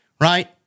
right